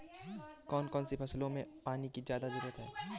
कौन कौन सी फसलों में पानी की ज्यादा ज़रुरत होती है?